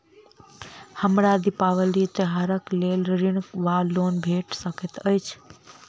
हमरा दिपावली त्योहारक लेल ऋण वा लोन भेट सकैत अछि?